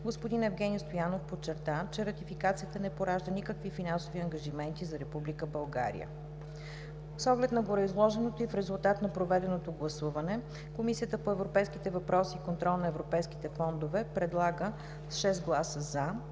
господин Евгени Стоянов подчерта, че ратификацията не поражда никакви финансови ангажименти за Република България. С оглед на гореизложеното и в резултат на проведеното гласуване Комисията по европейските въпроси и контрол на европейските фондове с 6 гласа „за”